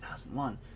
2001